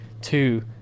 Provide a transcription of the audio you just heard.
two